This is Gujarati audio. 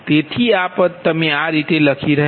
તેથી આ પદ તમે આ રીતે લખી શકો છો